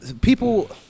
people